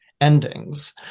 endings